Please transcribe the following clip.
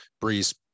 breeze